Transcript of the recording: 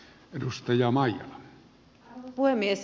arvoisa puhemies